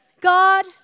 God